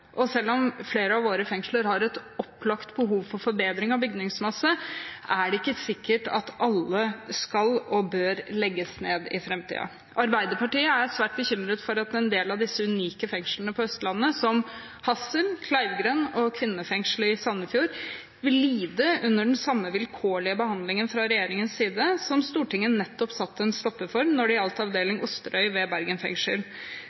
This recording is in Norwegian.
Selv om flere av våre fengsler har et opplagt behov for forbedring av bygningsmasse, er det ikke sikkert at alle skal og bør legges ned i framtiden. Arbeiderpartiet er svært bekymret for at en del av de unike fengslene på Østlandet, som Hassel, Kleivgrend og kvinnefengselet i Sandefjord, vil lide under den samme vilkårlige behandlingen fra regjeringens side som Stortinget nettopp satte en stopper for når det gjaldt avdeling Osterøy ved Bergen fengsel.